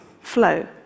flow